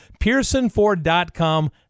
PearsonFord.com